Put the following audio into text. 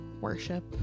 worship